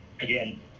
Again